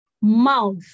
mouth